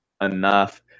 Enough